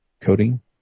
coding